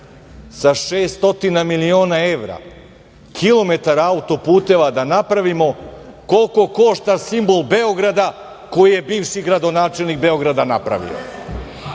sa 600 miliona evra kilometara auto-puteva da napravimo, koliko košta simbol Beograda koji je bivši gradonačelnik napravio?